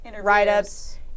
write-ups